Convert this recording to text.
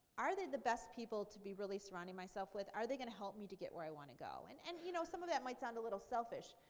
are they best people to be really surrounding myself with, are they going to help me to get where i want to go? and and you know some of that might sound a little selfish.